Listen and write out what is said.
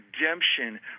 redemption